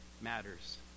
matters